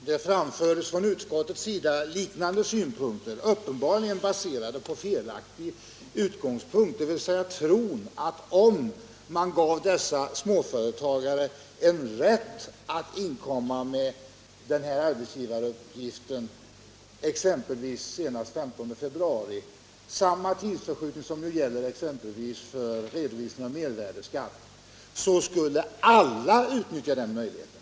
Herr talman! Utskottet har framfört liknande synpunkter som uppenbarligen är baserade på en felaktig grund, dvs. tron att om man gav dessa småföretagare rätt att inkomma med arbetsgivaruppgiften exempelvis senast den 15 februari — samma tidsförskjutning som gäller exempelvis för redovisning av mervärdeskatt —, så skulle alla utnyttja den möjligheten.